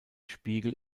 spiegel